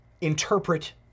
interpret